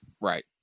Right